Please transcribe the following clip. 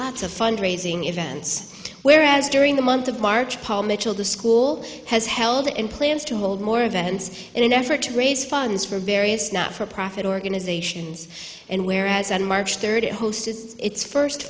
lots of fund raising events where as during the month of march paul mitchell the school has held in plans to hold more events in an effort to raise funds for various not for profit organizations and where as on march third it hosted its first